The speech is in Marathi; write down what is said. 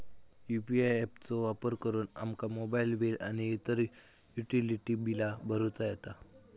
यू.पी.आय ऍप चो वापर करुन आमका मोबाईल बिल आणि इतर युटिलिटी बिला भरुचा येता